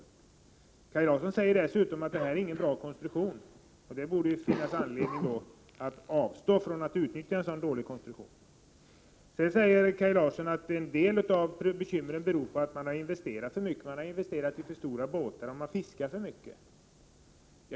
Kaj Larsson säger dessutom att den inte har någon bra konstruktion. I så fall borde det finnas anledning att avstå från att utnyttja denna dåliga konstruktion. Kaj Larsson framhåller vidare att en del av bekymren beror på att man har investerat för mycket i för stora båtar och på att man har fiskat för mycket.